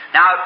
Now